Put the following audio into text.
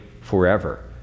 forever